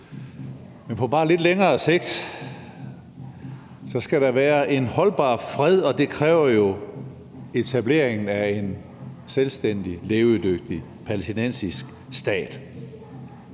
Men på bare lidt længere sigt skal der være en holdbar fred, og det kræver jo etablering af en selvstændig og levedygtig palæstinensisk stat.